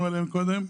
שדיברנו עליהם קודם.